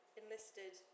enlisted